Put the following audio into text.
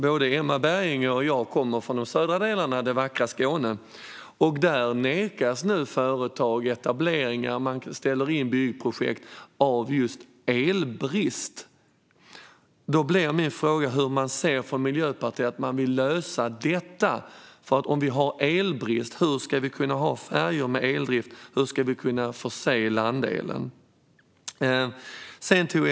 Både Emma Berginger och jag kommer från de södra delarna av det vackra Skåne. Där nekas nu företag etablering. Man ställer in byggprojekt på grund av elbrist. Hur vill Miljöpartiet lösa detta? Hur ska vi kunna ha färjor med eldrift och förse färjor med landel om vi har elbrist?